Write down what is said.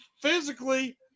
physically